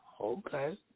Okay